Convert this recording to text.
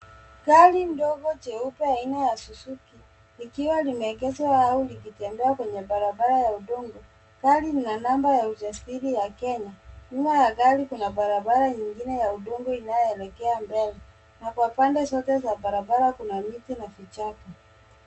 Gari ndogo jeupe aina ya Suzuki likiwa limeegezwa au likitembea kwenye barabara ya udongo. Gari lina namba ya usajili ya Kenya. Nyuma ya gari kuna barabara ingine ya udongo inayo elekea mbele, kwa pande zote za barabara kuna miti na vichaka.